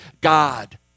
God